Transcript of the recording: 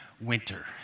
winter